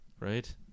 right